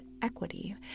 equity